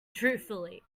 truthfully